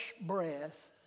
breath